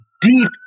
deep